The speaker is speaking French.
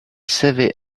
savait